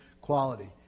quality